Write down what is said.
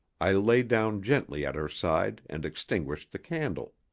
i lay down gently at her side and extinguished the candle.